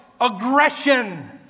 aggression